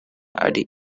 ari